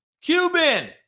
Cuban